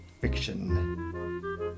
fiction